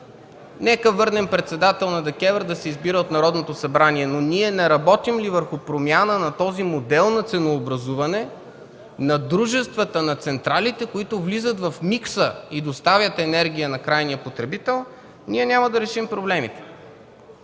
Нека върнем председател на ДКЕВР да се избира от Народното събрание, но ние не работим ли върху промяна на този модел на ценообразуване, на дружествата, на централите, които влизат в микса и доставят енергия на крайния потребител, няма да решим проблемите?